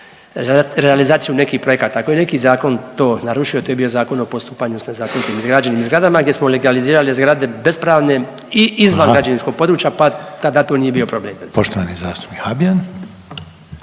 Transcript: Poštovani zastupnik Habijan.